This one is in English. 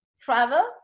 travel